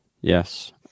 Yes